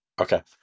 Okay